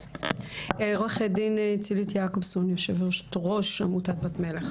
עו"ד צילית יעקבסון יושבת ראש עמותת בת מלך,